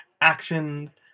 actions